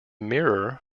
mirror